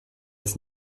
ist